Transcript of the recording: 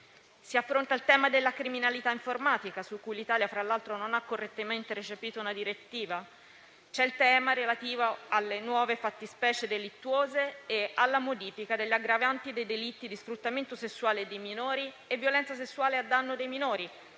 Si affronta il tema della criminalità informatica, su cui l'Italia fra l'altro non ha correttamente recepito una direttiva. C'è il tema relativo alle nuove fattispecie delittuose e alla modifica delle aggravanti dei delitti di sfruttamento sessuale dei minori e violenza sessuale a danno dei minori,